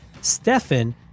Stefan